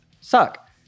suck